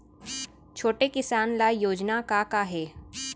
छोटे किसान ल योजना का का हे?